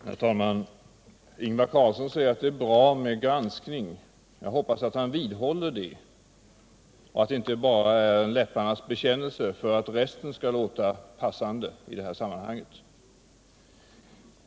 Herr talman! Ingvar Carlsson säger att det är bra med granskning. Jag hoppas att han vidhåller det och att det inte bara är en läpparnas bekännelse för att resten skall låta passande i det här sammanhanget.